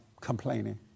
complaining